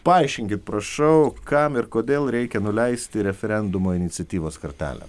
paaiškinkit prašau kam ir kodėl reikia nuleisti referendumo iniciatyvos kartelę